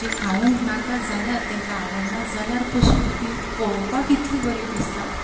जें खावूंक नाका जाल्यार तांकां आवडना जाल्यार पसून ती पळोवपाक इतली बरी दिसता